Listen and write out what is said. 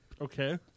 Okay